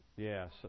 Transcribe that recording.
Yes